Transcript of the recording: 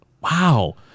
Wow